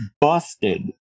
busted